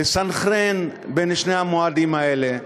לסנכרן, את שני המועדים האלה,